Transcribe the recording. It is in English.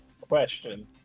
Question